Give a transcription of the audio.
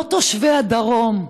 לא תושבי הדרום,